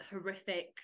horrific